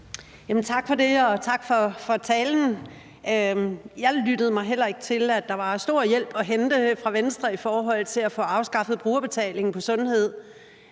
Tak for det, og tak for talen. Jeg lyttede mig heller ikke til, at der var stor hjælp at hente fra Venstre i forhold til at få afskaffet brugerbetaling på sundhed.